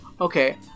okay